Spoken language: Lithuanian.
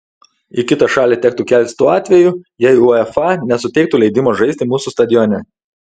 į kitą šalį tektų keltis tuo atveju jei uefa nesuteiktų leidimo žaisti mūsų stadione